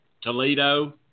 Toledo